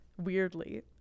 weirdly